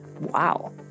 Wow